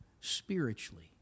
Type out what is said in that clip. spiritually